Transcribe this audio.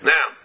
Now